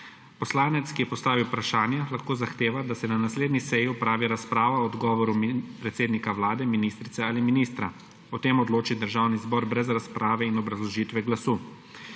Poslanec, ki je postavil vprašanje, lahko zahteva, da se na naslednji seji opravi razprava o odgovoru predsednika Vlade, ministrice ali ministra. O tem odloči Državni zbor brez razprave in obrazložitve glasu.